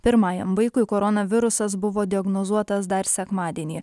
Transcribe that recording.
pirmajam vaikui korona virusas buvo diagnozuotas dar sekmadienį